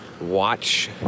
watch